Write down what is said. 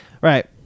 Right